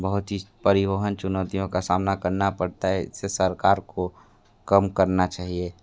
बहुत ही परिवहन चुनौतियों का सामना करना पड़ता है इससे सरकार को कम करना चाहिए